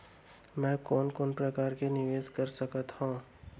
मैं कोन कोन प्रकार ले निवेश कर सकत हओं?